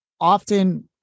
Often